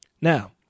Now